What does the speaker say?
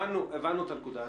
הבנו את הנקודה.